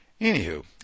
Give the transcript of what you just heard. Anywho